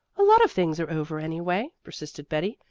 a lot of things are over anyway, persisted betty.